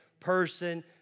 person